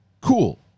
Cool